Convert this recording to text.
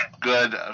Good